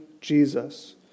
jesus